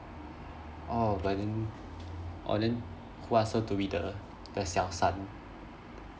oh but then oh then who ask her be the the 小三